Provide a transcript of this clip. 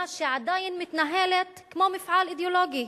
שעדיין מתנהלת כמו מפעל אידיאולוגי,